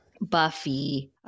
Buffy